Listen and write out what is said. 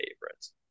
favorites